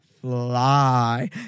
fly